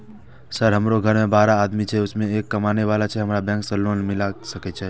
Sir हमरो घर में बारह आदमी छे उसमें एक कमाने वाला छे की हमरा बैंक से लोन मिल सके छे?